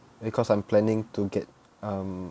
because I'm planning to get um